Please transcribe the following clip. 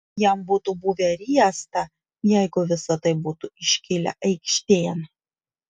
jam būtų buvę riesta jeigu visa tai būtų iškilę aikštėn